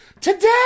today